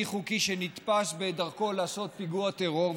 חוקי שנתפס בדרכו לעשות פיגוע טרור,